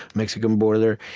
mexican border,